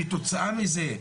כתוצאה מזה,